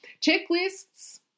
Checklists